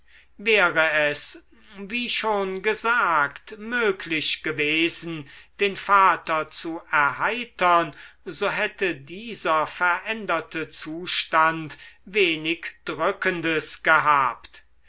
wäre es wie schon gesagt möglich gewesen den vater zu erheitern so hätte dieser veränderte zustand wenig drückendes gehabt